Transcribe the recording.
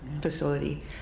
facility